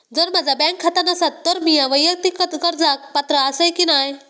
जर माझा बँक खाता नसात तर मीया वैयक्तिक कर्जाक पात्र आसय की नाय?